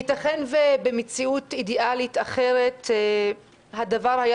ייתכן שבמציאות אידיאלית אחרת הדבר היה